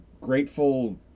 grateful